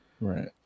Right